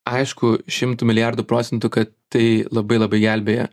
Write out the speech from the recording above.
aišku šimtu milijardų procentų kad tai labai labai gelbėja